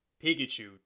Pikachu